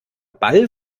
ball